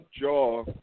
jaw